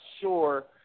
sure